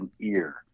ear